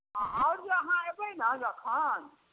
हँ आओर जे अहाँ एबै ने जखन